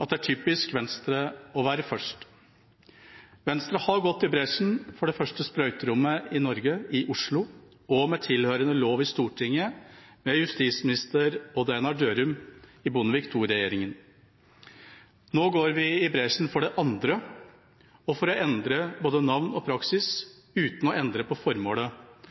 at det er typisk Venstre å være først. Venstre har gått i bresjen for det første sprøyterommet i Norge, i Oslo, og med tilhørende lov i Stortinget, ved daværende justisminister Odd Einar Dørum i Bondevik II-regjeringa. Nå går vi i bresjen for det andre, og for å endre både navn og praksis, uten å endre på formålet.